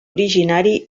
originari